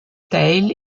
teil